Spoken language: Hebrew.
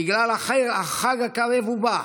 בגלל החג הקרב ובא